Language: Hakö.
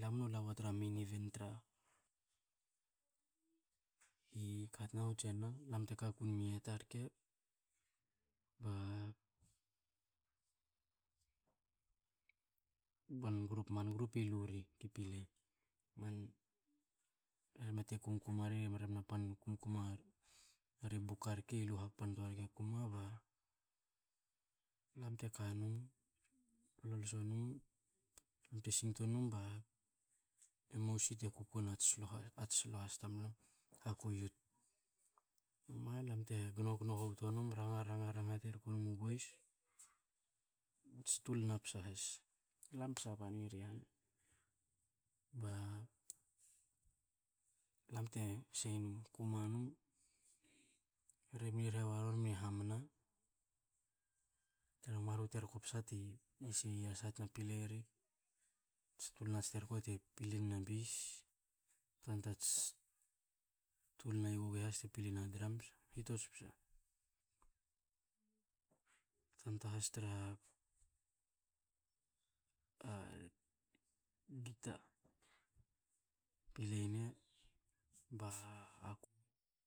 lam men la wa tara main event tra, i ka tina i hutjena, ba lam te ka ku mi ieta rke, ba man group man group i lu ri ki pilei. Man rbana te kumkuma ri, rbana pan kukumar ri buka rke lu hkap ntoa ge kuma ba lam te ka nom. Lolos o nom, bte sgoto nom ba moc te kuku e nma atsi slo- atsi slo has tamlam. Haku youth. Emo lam te ngongo hobto num ranga ranga haterko men mu boys, mats tulna psa has, lam psa bani ri han. Ba lam te sei num, kuma nom. Rbana rhe wa rori mni hamna, tra ha masla u terko psa ti sei i yasa bte pilei ri. Tsi tulna terko te ple nin a beis, tanta ats tulna i gogohe has te ple nin a drums, hitots psa, tanta has tra gita. Pilei ne, ba a ku